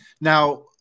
now